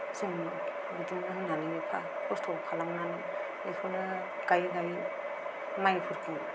जों बिदिनो होननानै एफ्फा खस्थ' खालामनानै बेखौनो गायै गायै माइफोरखौ